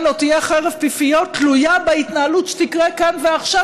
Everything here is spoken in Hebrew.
או תהיה חרב פיפיות תלויה בהתנהלות שתקרה כאן ועכשיו,